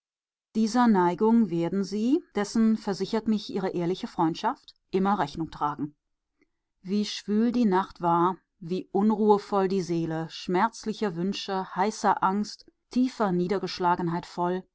dieser neigung werden sie dessen versichert mich ihre ehrliche freundschaft immer rechnung tragen wie schwül die nacht war wie unruhevoll die seele schmerzlicher wünsche heißer angst tiefer niedergeschlagenheit voll